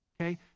Okay